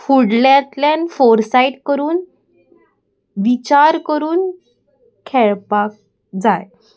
फुडल्यांतल्यान foresight करून विचार करून खेळपाक जाय